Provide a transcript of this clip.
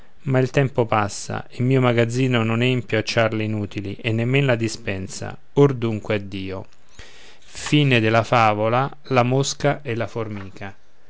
ma il tempo passa il mio magazzino non empio a ciarle inutili e nemmen la dispensa or dunque addio a